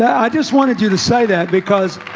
i just wanted you to say that because